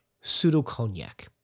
pseudo-cognac